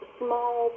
small